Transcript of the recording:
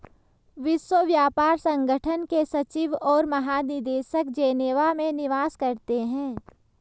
विश्व व्यापार संगठन के सचिव और महानिदेशक जेनेवा में निवास करते हैं